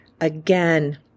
again